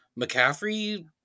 McCaffrey